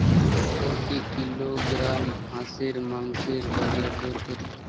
প্রতি কিলোগ্রাম হাঁসের মাংসের বাজার দর কত?